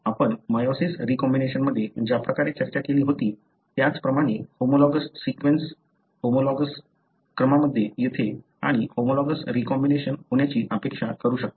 आपण मेयोसिस रीकॉम्बिनेशनमध्ये ज्या प्रकारे चर्चा केली होती त्याप्रमाणेच होमोलॉगस सीक्वेन्स होमोलॉगसता क्रमामध्ये येथे आणि येथे होमोलॉगस रीकॉम्बिनेशन होण्याची अपेक्षा करू शकता